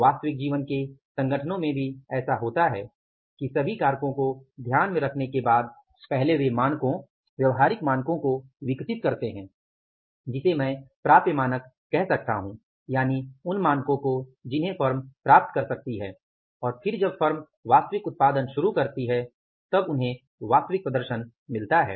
वास्तविक जीवन के संगठनों में भी ऐसा होता है कि सभी कारकों को ध्यान में रखने के बाद पहले वे मानकों व्यावहारिक मानकों को विकसित करते हैं जिसे मैं प्राप्य मानक कह सकता हूं और फिर जब फर्म वास्तविक उत्पादन शुरू करती है तब उन्हें वास्तविक प्रदर्शन मिलता है